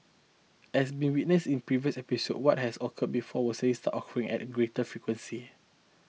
as been witnessed in previous episodes what has occurred before will occurring at a greater frequency